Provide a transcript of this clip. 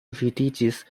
vidiĝis